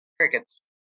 crickets